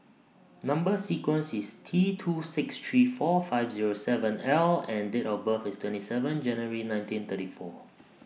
Number sequence IS T two six three four five Zero seven L and Date of birth IS twenty seven January nineteen thirty four